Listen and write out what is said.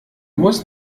muss